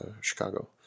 Chicago